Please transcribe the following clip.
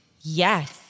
Yes